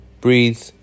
breathe